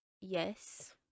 Yes